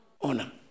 honor